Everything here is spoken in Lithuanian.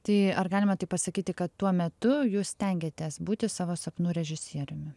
tai ar galima taip pasakyti kad tuo metu jūs stengėtės būti savo sapnų režisieriumi